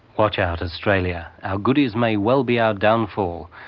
watch out australia, our goodies might well be our downfall.